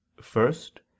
First